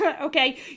okay